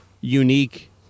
unique